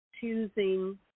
choosing